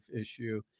issue